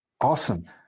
Awesome